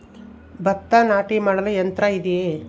ಭತ್ತ ನಾಟಿ ಮಾಡಲು ಯಂತ್ರ ಇದೆಯೇ?